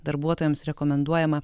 darbuotojams rekomenduojama